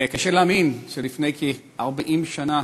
קשה להאמין שלפני כ-40 שנה